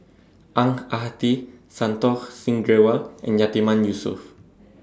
Ang Ah Tee Santokh Singh Grewal and Yatiman Yusof